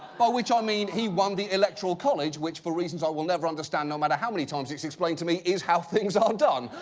by which i mean he won the electoral college, which, for reasons i will never understand no matter how many times it's explained to me, is how things are done.